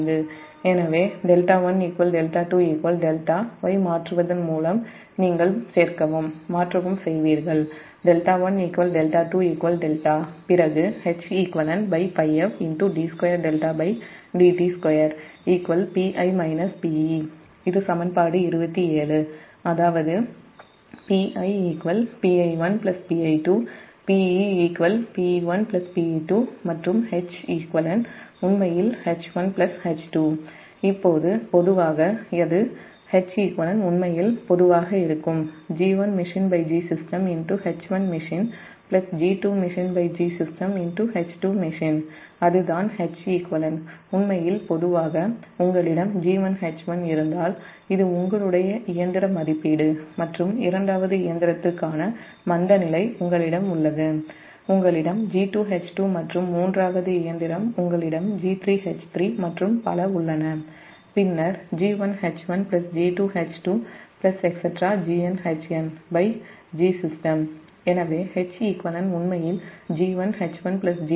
எனவே 𝜹𝟏 𝜹𝟐 𝜹 ஐ மாற்றுவதன் மூலம் நீங்கள் சேர்க்கவும் மாற்றவும் செய்வீர்கள் 𝜹𝟏 𝜹𝟐 𝜹 பிறகு இது சமன்பாடு 27 அதாவது Pi Pi1 Pi2 Pe Pe1 Pe2 மற்றும் Heq உண்மையில் H1H2 இப்போது Heq உண்மையில் பொதுவாக இருக்கும் உங்களிடம் G1H1 இருந்தால் இது உங்களுடைய இயந்திர மதிப்பீடு மற்றும் இரண்டாவது இயந்திரத்திற்கான மந்தநிலை உங்களிடம் உள்ளது உங்களிடம் G2H2 மற்றும் மூன்றாவது இயந்திரம் உங்களிடம் G3H3 மற்றும் பல உள்ளன பின்னர் எனவே 𝑯𝒆q உண்மையில் G1H1G2H2